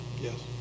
Yes